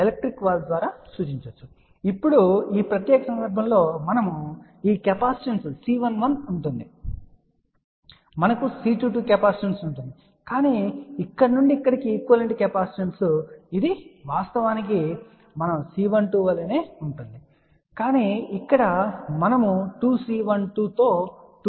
కాబట్టి ఇప్పుడు ఈ ప్రత్యేక సందర్భంలో మనకు ఈ కెపాసిటెన్స్ C11 ఉంటుంది మనకు C22కెపాసిటెన్స్ ఉంటుంది కానీ ఇక్కడ నుండి ఇక్కడకు ఈక్వలెంట్ కెపాసిటెన్స్ ఇది వాస్తవానికి మనం C12 వలె సూచించనివ్వండి కానీ ఇక్కడ మనము 2 C12 తో 2 C12 సిరీస్లో చూపించాము